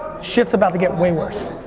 shit's about to get way worse.